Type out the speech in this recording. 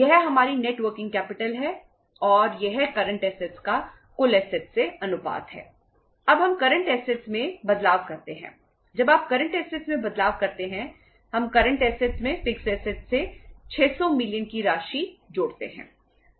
यह हमारी net working capital की राशि जोड़ते हैं